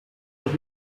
dos